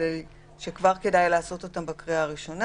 שכבר כדאי לעשות בקריאה הראשונה,